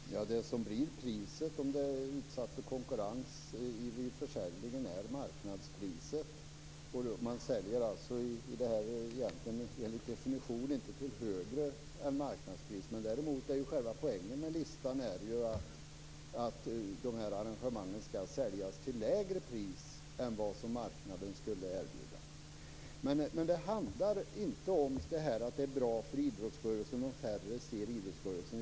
Fru talman! Det som blir priset, om arrangemanget är utsatt för konkurrens vid försäljningen, är marknadspriset. Man säljer enligt definition inte till ett högre pris än marknadspriset. Men själva poängen med listan är ju att arrangemangen skall säljas till ett lägre pris än det som marknaden skulle erbjuda. Det handlar inte om att det är bra för idrottsrörelsen om färre ser arrangemangen.